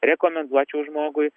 rekomenduočiau žmogui